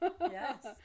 Yes